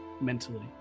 mentally